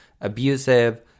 Abusive